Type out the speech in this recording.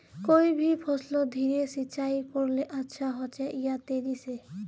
कोई भी फसलोत धीरे सिंचाई करले अच्छा होचे या तेजी से?